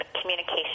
communication